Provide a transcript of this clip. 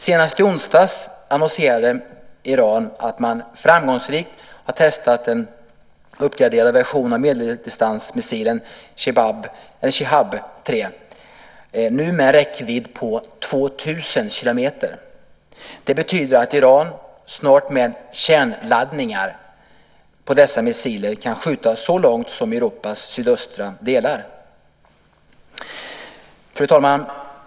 Senast i onsdags annonserade Iran att man framgångsrikt har testat en uppgraderad version av medeldistansmissilen Shihab-3, nu med en räckvidd på 2 000 kilometer. Det betyder att Iran snart med kärnladdningar på dessa missiler kan skjuta så långt som till Europas sydöstra delar.